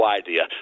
idea